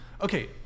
Okay